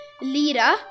Lira